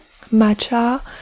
matcha